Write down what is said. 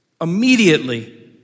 Immediately